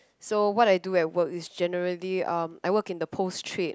so what I do at work is generally um I work in the post trip